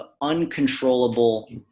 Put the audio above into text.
uncontrollable